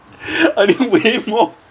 earning way more